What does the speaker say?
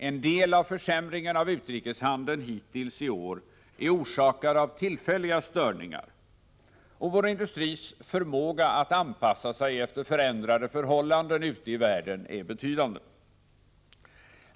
En del av försämringen av utrikeshandeln hittills i år är orsakad av tillfälliga störningar, och vår industris förmåga att anpassa sig efter förhållandena ute i världen är betydande.